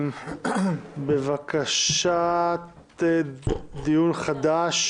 בבקשת דיון חדש